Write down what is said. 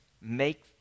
make